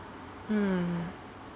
hmm